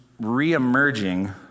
re-emerging